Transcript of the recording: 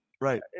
Right